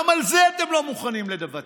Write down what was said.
גם על זה אתם לא מוכנים לוותר,